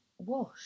wash